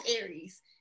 aries